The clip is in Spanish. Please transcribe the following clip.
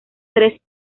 tres